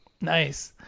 Nice